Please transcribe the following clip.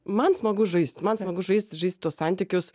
man smagu žaist man smagu žaist žaist tuos santykius